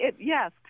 yes